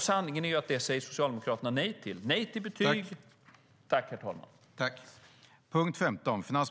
Sanningen är att Socialdemokraterna säger nej till det: Nej till betyg!